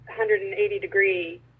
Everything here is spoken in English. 180-degree